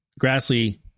Grassley